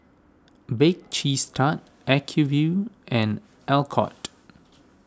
Bake Cheese Tart Acuvue and Alcott